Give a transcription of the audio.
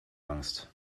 angst